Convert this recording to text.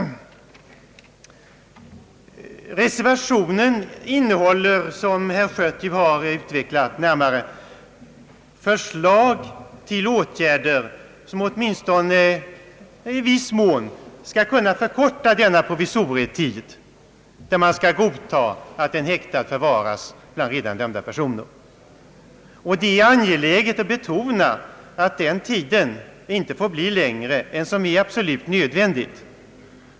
Reservationen innehåller, som herr Schött närmare utvecklat, förslag till åtgärder som åtminstone i någon mån skulle kunna förkorta denna provisorietid, där man skall godta att en häktad förvaras bland redan dömda personer. Det är angeläget att betona att den tiden inte får bli längre än som är absolut nödvändigt.